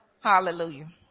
Hallelujah